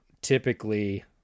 typically